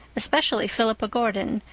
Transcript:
especially philippa gordon,